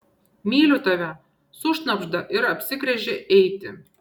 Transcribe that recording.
myliu tave sušnabžda ir apsigręžia eiti